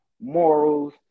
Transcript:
morals